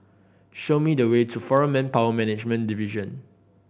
show me the way to Foreign Manpower Management Division